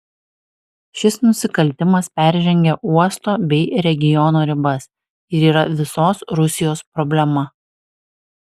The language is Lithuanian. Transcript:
šis nusikaltimas peržengia uosto bei regiono ribas ir yra visos rusijos problema